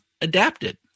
adapted